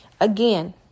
Again